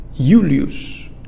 Julius